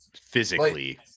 physically